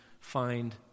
find